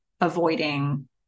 avoiding